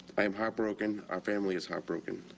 i am heartbroken. our family is heartbroken.